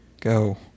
go